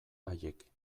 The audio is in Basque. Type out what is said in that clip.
haiek